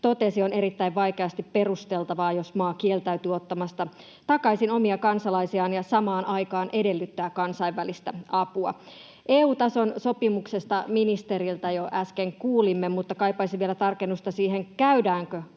totesi, on erittäin vaikeasti perusteltavaa, jos maa kieltäytyy ottamasta takaisin omia kansalaisiaan ja samaan aikaan edellyttää kansainvälistä apua. EU-tason sopimuksesta ministeriltä jo äsken kuulimme, mutta kaipaisin vielä tarkennusta siihen, käydäänkö kahdenvälisiä